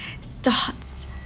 starts